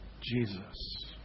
Jesus